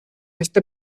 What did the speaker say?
este